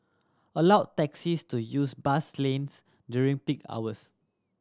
allow taxis to use bus lanes during peak hours